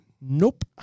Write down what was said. Nope